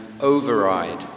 override